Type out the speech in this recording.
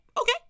okay